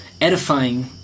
edifying